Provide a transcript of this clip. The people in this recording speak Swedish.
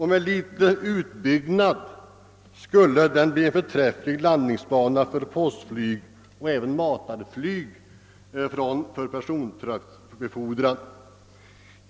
Med någon utbyggnad skulle den bli en förträfflig landningsbana för postflyg och matarflyg för personbefordran.